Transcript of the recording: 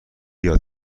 یاد